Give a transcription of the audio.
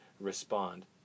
respond